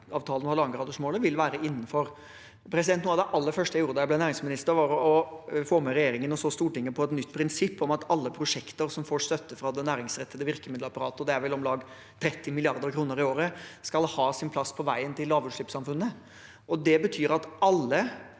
Parisavtalen og 1,5-gradersmålet, vil være innenfor. Noe av det aller første jeg gjorde da jeg ble næringsminister, var å få regjeringen og Stortinget med på et nytt prinsipp om at alle prosjekter som får støtte fra det næringsrettede virkemiddelapparatet, og det utgjør vel om lag 30 mrd. kr i året, skal ha sin plass på veien til lavutslippssamfunnet. Det betyr at alle